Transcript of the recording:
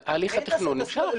הליך התכנון נמשך.